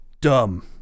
dumb